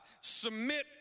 submit